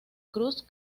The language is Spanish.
cruz